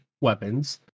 weapons